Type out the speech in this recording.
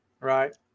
right